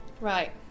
Right